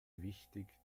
wichtig